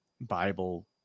Bible